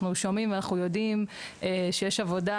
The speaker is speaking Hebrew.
אנחנו שומעים ואנחנו יודעים שיש עבודה